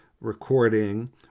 recording